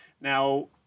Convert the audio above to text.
Now